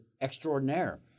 extraordinaire